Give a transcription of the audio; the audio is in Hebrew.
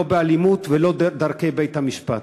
לא באלימות ולא דרך בתי-משפט,